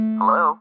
Hello